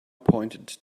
pointed